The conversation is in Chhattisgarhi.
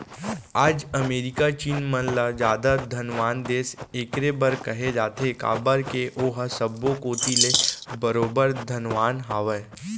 आज अमेरिका चीन मन ल जादा धनवान देस एकरे बर कहे जाथे काबर के ओहा सब्बो कोती ले बरोबर धनवान हवय